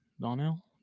Donnell